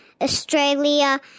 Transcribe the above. Australia